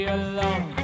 alone